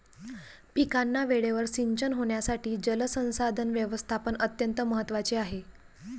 पिकांना वेळेवर सिंचन होण्यासाठी जलसंसाधन व्यवस्थापन अत्यंत महत्त्वाचे आहे